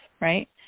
right